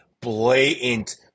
blatant